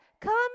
come